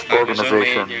organization